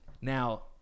now